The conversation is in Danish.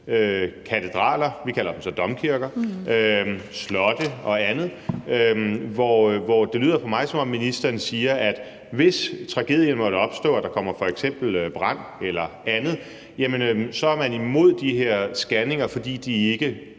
katedraler – vi kalder dem så domkirker – slotte og andet, og det lyder for mig, som om ministeren siger, at hvis tragedien måtte opstå og der f.eks. opstår brand eller andet, så er man imod de her scanninger, fordi de ikke